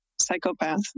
psychopath